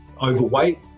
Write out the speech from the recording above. overweight